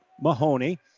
Mahoney